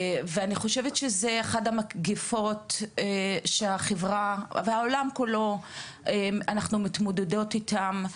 אני חושבת שזה אחת המגפות והחברה והעולם כולו מתמודד איתן,